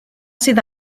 sydd